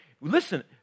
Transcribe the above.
listen